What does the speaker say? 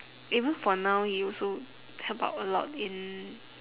even for now he also help out a lot in